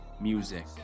music